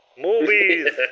movies